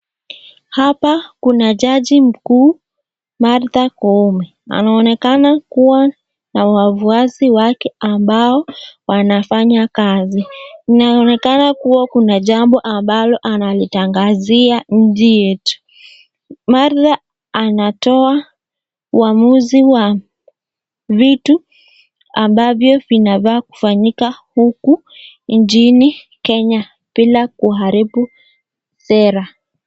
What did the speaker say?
Hapa kuna jaji mkuu, Martha Koome. Anaonekana kuwa na wafuasi wake ambao wanafanya kazi. Inaonekana kuwa kuna jambo ambalo analitangazia nchi yetu. Martha anatoa uamuzi wa vitu ambavyo vinafaa kufanyika huku nchini Kenya, bila kuharibu sera.